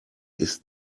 ist